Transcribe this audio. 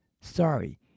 Sorry